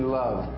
love